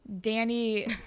Danny